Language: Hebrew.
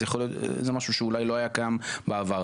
זה משהו שאולי לא היה קיים בעבר.